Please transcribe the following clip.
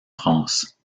france